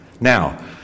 Now